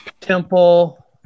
Temple